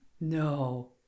No